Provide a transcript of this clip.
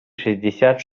шестьдесят